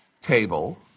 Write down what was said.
table